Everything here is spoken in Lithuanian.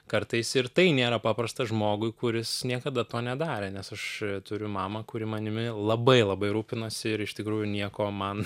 kartais ir tai nėra paprasta žmogui kuris niekada to nedarė nes aš turiu mamą kuri manimi labai labai rūpinosi ir iš tikrųjų nieko man